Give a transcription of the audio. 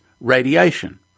radiation